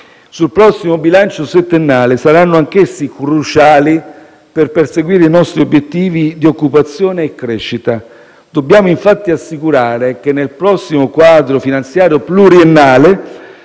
sul prossimo bilancio settennale saranno anch'essi cruciali per perseguire i nostri obiettivi di occupazione e crescita. Dobbiamo infatti assicurare che, nel prossimo quadro finanziario pluriennale,